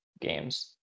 games